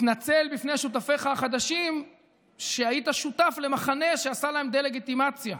מתנצל בפני שותפיך החדשים שהיית שותף למחנה שעשה להם דה-לגיטימציה.